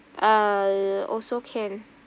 uh also can